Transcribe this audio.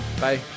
bye